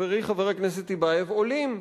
חברי חבר הכנסת טיבייב, עולים.